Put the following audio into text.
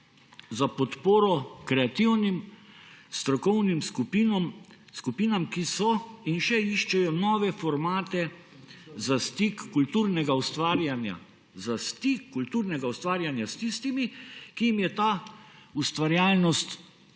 za podporo kreativnim strokovnim skupinam, ki so iskale in še iščejo nove formate za stik kulturnega ustvarjanja s tistimi, ki jim je ta ustvarjalnost